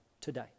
today